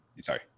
sorry